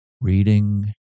Reading